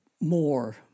more